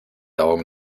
augen